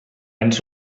ens